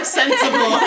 sensible